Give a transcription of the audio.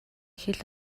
хэл